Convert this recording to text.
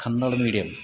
Kannada medium